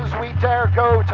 we dare go to